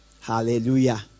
hallelujah